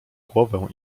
głowę